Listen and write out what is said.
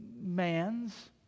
Man's